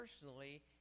personally